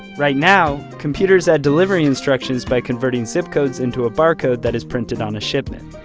right now, computers add delivery instructions by converting zip codes into a barcode that is printed on a shipment.